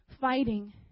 fighting